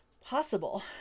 Possible